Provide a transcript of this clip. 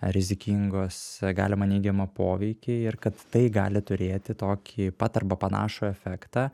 rizikingos galimą neigiamą poveikį ir kad tai gali turėti tokį pat arba panašų efektą